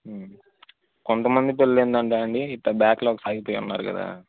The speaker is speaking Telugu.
కొంత మంది పిలల్లు ఏంటంటే అండీ బ్యాక్ లాగ్స్ ఆగి పోయి ఉన్నారు కదా